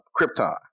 Krypton